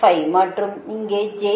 5 மற்றும் இங்கே j 0